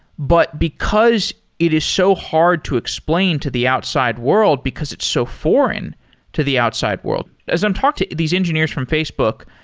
but because it is so hard to explain to the outside world because it's so foreign to the outside world as i'm talking to these engineers from facebook,